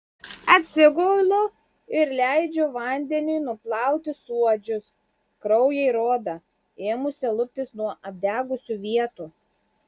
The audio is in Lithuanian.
atsigulu ir leidžiu vandeniui nuplauti suodžius kraują ir odą ėmusią luptis nuo apdegusių vietų